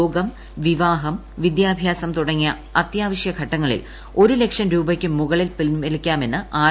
രോഗം വിവാഹം വിദ്യാഭ്യാസം തുടങ്ങിയ അത്യാവശ്യഘട്ടങ്ങളിൽ ഒരു ലക്ഷം രൂപക്കു മുകളിൽ പിൻവലിക്കാമെന്ന് ആർ